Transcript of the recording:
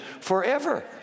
forever